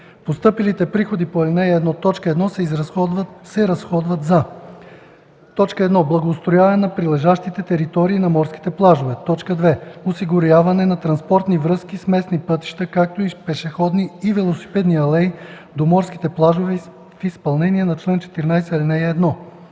Постъпилите приходи по ал. 1, т. 1 се разходват за: 1. благоустрояване на прилежащите територии на морските плажове; 2. осигуряване на транспортни връзки с местни пътища, както и пешеходни и велосипедни алеи до морските плажове в изпълнение на чл. 14, ал. 1;